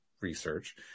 research